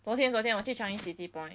昨天昨天我去 changi city point